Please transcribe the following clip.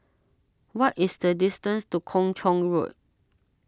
what is the distance to Kung Chong Road